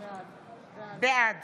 בעד